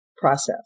process